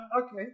Okay